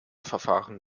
verfahren